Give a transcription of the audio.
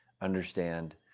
understand